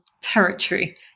territory